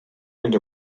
and